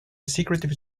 secretive